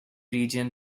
region